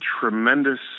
tremendous